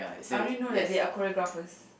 I only know that they are choreographers